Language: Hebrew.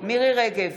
מירי מרים רגב,